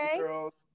Okay